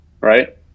right